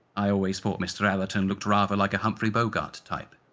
i always thought mister allerton looked rather like a humphrey bogart type.